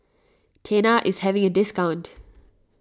Tena is having a discount